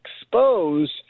expose